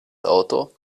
auto